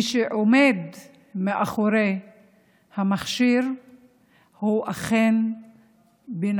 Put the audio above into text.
מי שעומד מאחורי המכשיר הוא אכן בן